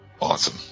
Awesome